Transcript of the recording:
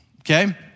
okay